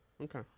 Okay